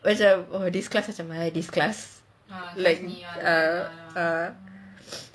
macam this class macam !hais! this class like ah ah